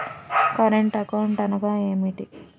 Current account అనగా ఏమిటి?